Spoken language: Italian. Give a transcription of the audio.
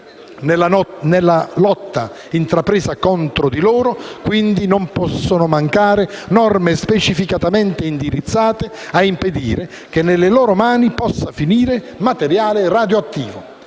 Nella lotta intrapresa contro di loro, quindi, non possono mancare norme specificatamente indirizzate a impedire che nelle loro mani possa finire del materiale radioattivo.